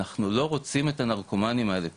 אנחנו לא רוצים את הנרקומנים האלה פה,